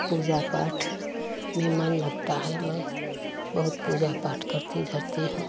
पूजा पाठ में मन लगता है मैं बहुत पूजा पाठ करती धरती हूँ